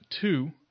two